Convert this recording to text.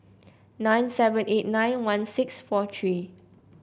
nine seven eight nine one six four three